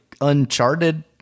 Uncharted